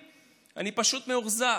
אני פשוט מאוכזב.